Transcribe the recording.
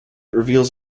reveals